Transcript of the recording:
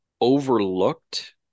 overlooked